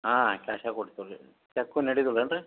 ಹಾಂ ಕ್ಯಾಶೇ ಕೊಡ್ತೀವಿ ರೀ ಚೆಕ್ಕು ನಡಿದಿಲ್ವ ಅಂದರೆ